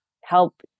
help